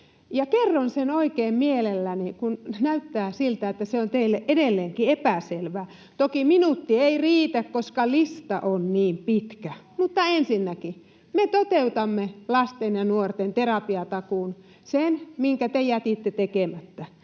kerron sen oikein mielelläni, kun näyttää siltä, että se on teille edelleenkin epäselvää. Toki minuutti ei riitä, koska lista on niin pitkä. Mutta ensinnäkin: me toteutamme lasten ja nuorten terapiatakuun, sen, minkä te jätitte tekemättä.